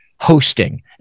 hosting